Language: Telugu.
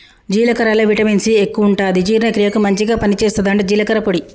జీలకర్రల విటమిన్ సి ఎక్కువుంటది జీర్ణ క్రియకు మంచిగ పని చేస్తదట జీలకర్ర పొడి